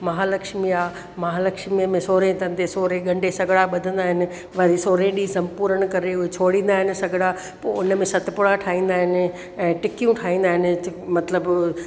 महालक्ष्मी आहे महालक्ष्मीअ में सोरे तंदे सोरे गंडे सॻिड़ा ॿधंदा आहिनि वरी सोरे ॾींहुं सभु पूरनि करे उहा छोड़ींदा आहिनि सॻिड़ा पोइ उन में सतपुड़ा ठाहींदा आहिनि ऐं टिकियूं ठाहींदा आहिनि मतिलबु